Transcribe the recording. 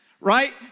Right